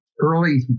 early